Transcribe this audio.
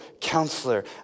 counselor